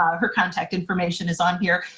ah her contact information is on here,